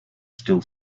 still